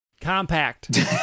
Compact